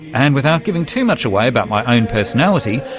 and without giving too much away about my own personality,